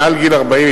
מעל גיל 40,